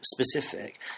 specific